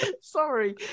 sorry